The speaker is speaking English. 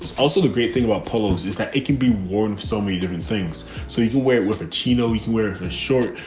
also, the great thing about polos is that it can be worn of so many different things. so you can wear it with a chino, you can wear it for short.